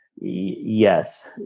yes